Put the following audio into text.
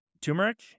turmeric